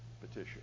petition